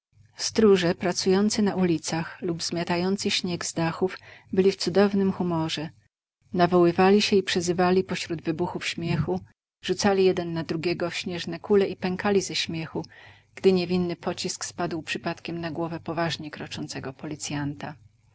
porankiem stróże pracujący na ulicach lub zmiatający śnieg z dachów byli w cudownym humorze nawoływali się i przezywali pośród wybuchów śmiechu rzucali jeden na drugiego śnieżne kule i pękali ze śmiechu gdy niewinny pocisk spadł przypadkiem na głowę poważnie kroczącego policjanta